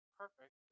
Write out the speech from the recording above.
perfect